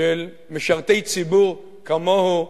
של משרתי ציבור כמוהו,